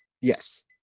Yes